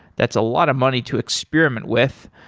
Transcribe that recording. that's a lot of money to experiment with.